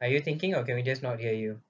are you thinking or can we just not hear you